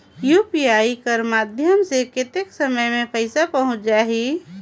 UPI कर माध्यम से कतेक समय मे पइसा पहुंच जाहि?